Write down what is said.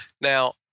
Now